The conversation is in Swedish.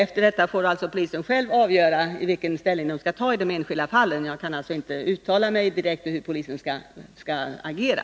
Efter detta får polisen avgöra vilken ställning man skall ta i de enskilda fallen. Jag kan alltså inte generellt uttala mig om hur polisen skall agera.